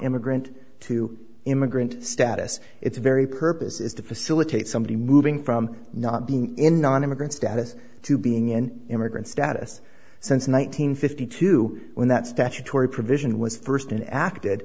immigrant to immigrant status it's very purpose is to facilitate somebody moving from not being in nonimmigrant status to being in immigrant status since one nine hundred fifty two when that statutory provision was first in acted